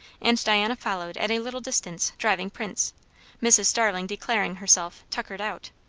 and diana followed at a little distance, driving prince mrs. starling declaring herself tuckered out.